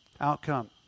outcome